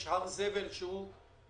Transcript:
יש הר זבל שהוא חי,